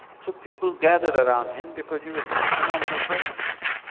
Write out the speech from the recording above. so people gathered around him because he was such a phenomenal presence.